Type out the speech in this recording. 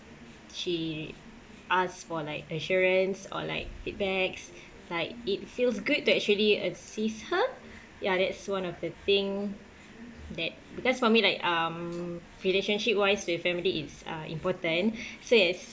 she ask for like assurance or like feedbacks like it feels good to actually assist her ya that's one of the thing that because for me like um relationship wise with family is uh important so it's